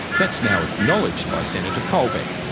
that's now acknowledged by senator colbeck,